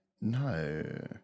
No